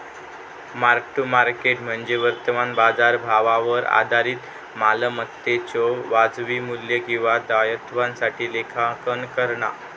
mark to market म्हणजे वर्तमान बाजारभावावर आधारित मालमत्तेच्यो वाजवी मू्ल्य किंवा दायित्वासाठी लेखांकन करणा